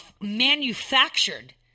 manufactured